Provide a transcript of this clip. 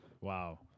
Wow